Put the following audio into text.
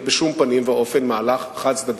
מאוד שיובהר שאין בינינו שום מחלוקת אשר למשנת בית-המדרש